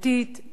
מצוינת,